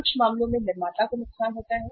कुछ मामलों में निर्माता को नुकसान होता है